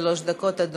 עד שלוש דקות, אדוני.